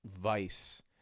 vice